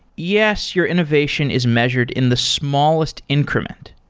yes, your innovation is measured in the smallest increment.